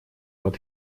под